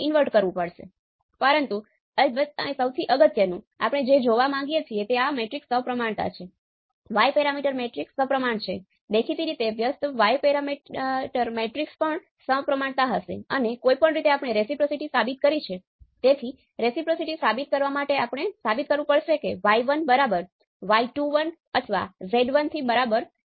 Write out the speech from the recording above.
તેથી આ કર્યા પછી દેખીતી રીતે જ આ VAB ફક્ત α × Vtest હશે કારણ કે V1 એ 0 છે I2 પણ 0 છે અને જો મારી પાસે વધુ સ્વતંત્ર સ્ત્રોતો હશે તો હું તેમને પણ 0 પર નિશ્ચિત કરીશ